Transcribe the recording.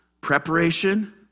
Preparation